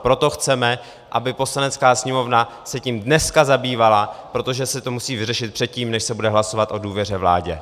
Proto chceme, aby se tím Poslanecká sněmovna dneska zabývala, protože se to musí vyřešit předtím, než se bude hlasovat o důvěře vládě.